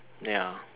ya